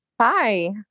Hi